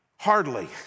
Hardly